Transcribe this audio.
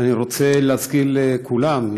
אני רוצה להזכיר לכולם,